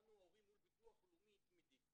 שלנו ההורים מול ביטוח לאומי היא תמידית,